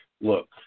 look